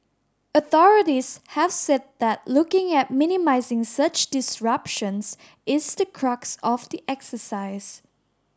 authorities have said that looking at minimising such disruptions is the crux of the exercise